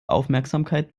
aufmerksamkeit